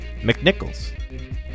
McNichols